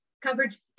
coverage